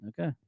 Okay